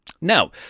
Now